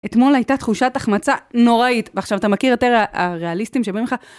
אתמול הייתה תחושת החמצה נוראית, ועכשיו אתה מכיר יותר הריאליסטים שבאים לך.